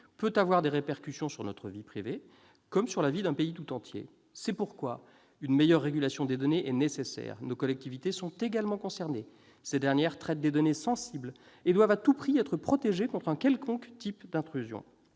peut avoir des répercussions sur notre vie privée, comme sur la vie d'un pays tout entier. C'est pourquoi une meilleure régulation des données est nécessaire. Nos collectivités sont également concernées. Traitant des données sensibles, elles doivent à tout prix être protégées contre un quelconque type d'intrusions.